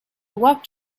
walked